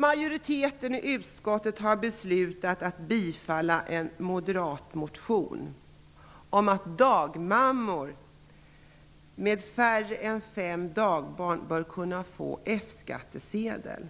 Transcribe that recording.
Majoriteten i utskottet har beslutat att tillstyrka en moderatmotion, som handlar om att dagmammor med färre än fem dagbarn bör kunna få F skattsedel.